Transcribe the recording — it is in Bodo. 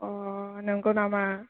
अ' नोंगौ नामा